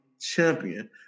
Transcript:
Champion